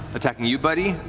attacking you, buddy.